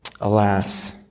Alas